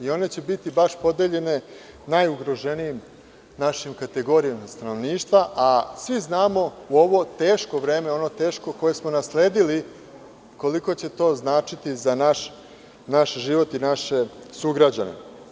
One će biti podeljene najugroženijim našim kategorijama stanovništva, a svi znamo, u ovo teško vreme, koje smo nasledili, koliko će to značiti za naše sugrađane.